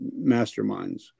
masterminds